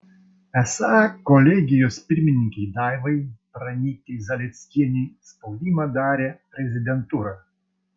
esą kolegijos pirmininkei daivai pranytei zalieckienei spaudimą darė prezidentūra